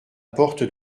porte